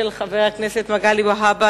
של חבר הכנסת מגלי והבה,